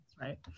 right